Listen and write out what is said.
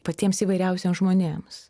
patiems įvairiausiem žmonėms